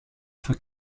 für